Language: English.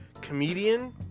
comedian